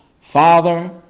Father